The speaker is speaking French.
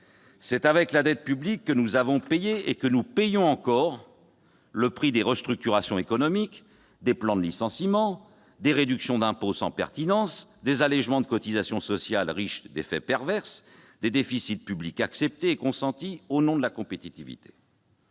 C'est avec la dette publique que nous avons payé et que nous payons encore le prix des restructurations économiques, des plans de licenciement, des réductions d'impôt sans pertinence, des allégements de cotisations sociales riches d'effets pervers, des déficits publics consentis au nom de la compétitivité.